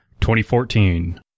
2014